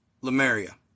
Lemuria